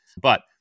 But-